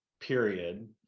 period